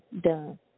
done